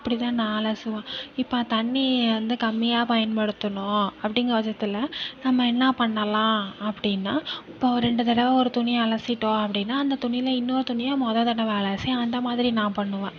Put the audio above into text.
அப்படி தான் நான் அலசுவேன் இப்போ தண்ணி வந்து கம்மியாக பயன்படுத்தணும் அப்படிங்கிற பட்சத்தில் நம்ம என்ன பண்ணலாம் அப்படின்னா இப்போது ஒரு ரெண்டு தடவை ஒரு துணியை அலசிட்டோம் அப்படின்னா அந்த துணியில் இன்னொரு துணியை முத தடவை அலசி அந்த மாதிரி நான் பண்ணுவேன்